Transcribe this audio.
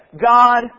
God